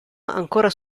ancora